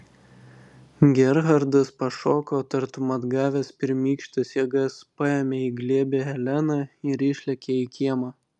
gerhardas pašoko tartum atgavęs pirmykštes jėgas paėmė į glėbį heleną ir išlėkė į kiemą